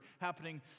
happening